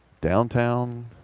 downtown